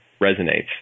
resonates